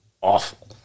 awful